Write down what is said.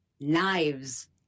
knives